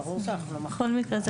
בכל מקרה,